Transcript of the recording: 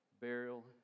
burial